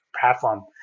platform